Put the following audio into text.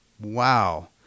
Wow